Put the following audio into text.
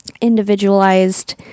individualized